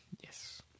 Yes